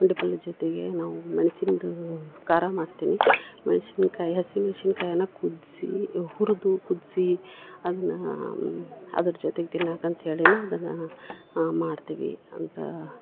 ಪುಂಡಿ ಪಲ್ಲೆದ ಜೊತೆಗೆ ನಾವು ಮೆನ್ಸಿಂದು ಖಾರ ಮಾಡ್ತೀನಿ ಮೆಣ್ಶಿನಕಾಯಿ ಹಸಿಮೆಣ್ಶಿಕಾಯನ ಕುದಿಸಿ ಹುರಿದು ಕುದಿಸಿ ಅದ್ನ ಅದರ ಜೊತೆಗೆ ತಿನ್ನಾಕೆ ಅಂತೇಳಿನ ಅದನಾ ಮಾಡ್ತೀವಿ ಅಂದ್ರಾ